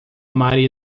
maioria